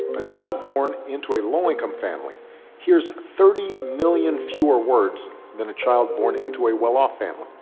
a child born into a low-income family hears thirty million fewer words than a child born into a well-off family.